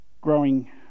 growing